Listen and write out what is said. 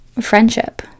friendship